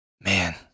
man